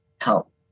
help